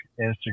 Instagram